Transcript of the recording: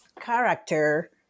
character